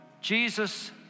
Jesus